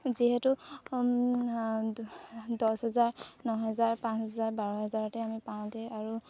যিহেতু দহ হাজাৰ ন হেজাৰ পাঁচ হাজাৰ বাৰ হেজাৰতে আমি পাওঁতে আৰু